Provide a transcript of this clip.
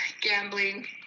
gambling